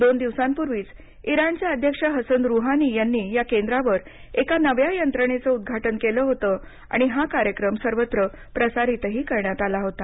दोन दिवसांपूर्वीच इराणचे अध्यक्ष हसन रुहानी यांनी या केंद्रावर एका नव्या यंत्रणेचं उद्घाटन केलं होतं आणि हा कार्यक्रम सर्वत्र प्रसारितही करण्यात आला होता